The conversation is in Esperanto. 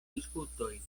disputoj